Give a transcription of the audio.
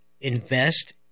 invest